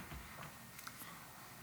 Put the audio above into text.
כבוד